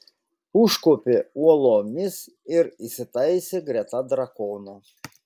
užkopė uolomis ir įsitaisė greta drakono